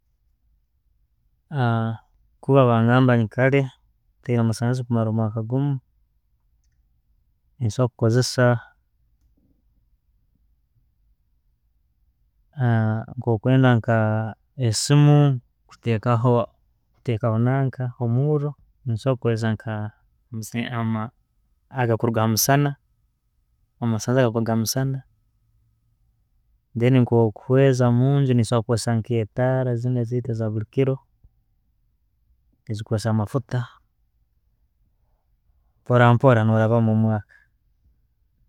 Kuba bangamba nikare ntaina amasanjaraze kumara mwaka gumu, ninsobora kukozesa, okwenda nka esimu, okutekaho enanka omuro. Ninsobora kukozesa nka agakuruga hamusana, amasanyaraze agakuruka hamusana. Then nko kuweza munju, nensobora kukozesa zinu etaara zo kuweza munju ezaitu ezabulikiro, ezikizesa amafuta mpora mpora no rabamu omwaka.